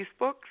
Facebook